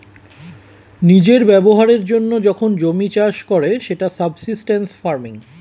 নিজের ব্যবহারের জন্য যখন জমি চাষ করে সেটা সাবসিস্টেন্স ফার্মিং